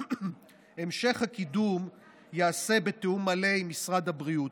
המשך הקידום ייעשה בתיאום מלא עם משרד הבריאות.